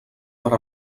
per